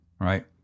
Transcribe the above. right